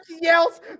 yells